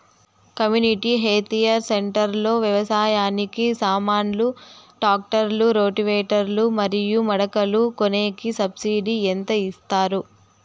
community hire centre లో వ్యవసాయానికి సామాన్లు ట్రాక్టర్లు రోటివేటర్ లు మరియు మడకలు కొనేకి సబ్సిడి ఎంత ఇస్తారు